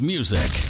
Music